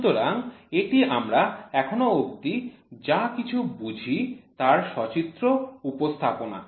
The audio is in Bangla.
সুতরাং এটি আমরা এখন অবধি যা কিছু বুঝি তার সচিত্র উপস্থাপনা